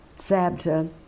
Sabta